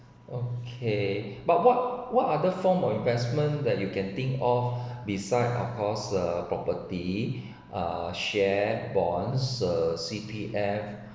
okay but what what other form of investment that you can think off besides of course uh property uh share bonds uh C_P_F